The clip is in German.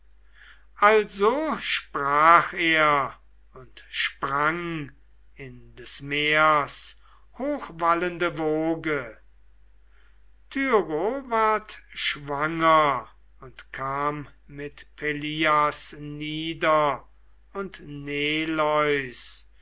also sprach er und sprang in des meers hochwallende woge tyro ward schwanger und kam mit